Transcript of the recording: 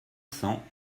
cents